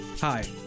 Hi